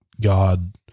God